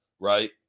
right